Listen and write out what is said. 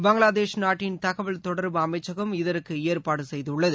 பங்களாதேஷ் நாட்டின் தகவல் தொடர்பு அமைச்சகம் இதற்கு ஏற்பாடு செய்துள்ளது